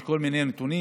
יש כל מיני נתונים.